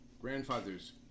grandfather's